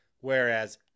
whereas